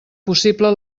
possible